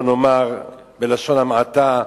בלשון המעטה,